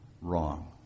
wrong